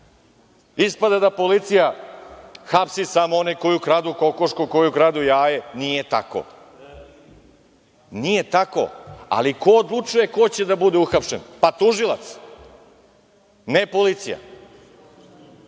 Ispada da policija hapsi samo one koji ukradu kokošku, koji ukradu jaje. Nije tako. Nije tako, ali ko odlučuje ko će da bude uhapšen? Pa tužilac, ne policija.